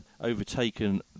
overtaken